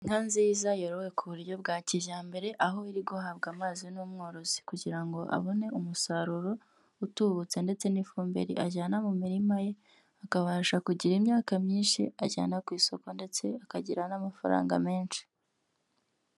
Inka nziza yorowe ku buryo bwa kijyambere aho ubu iri guhabwa amazi n'umworozi kugira ngo abone umusaruro utubutse ndetse n'ifumbire ajyana mu mirima ye akabasha kugira imyaka myinshi ajyana ku isoko ndetse akagira n'amafaranga menshi.